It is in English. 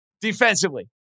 defensively